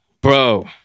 bro